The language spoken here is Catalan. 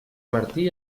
martí